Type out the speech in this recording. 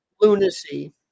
Lunacy